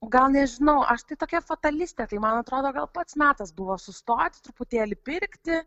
gal nežinau aš tai tokia fatalistė tai man atrodo gal pats metas buvo sustoti truputėlį pirkti